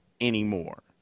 anymore